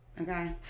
okay